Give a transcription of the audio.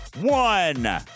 one